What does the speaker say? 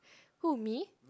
who me